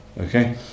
okay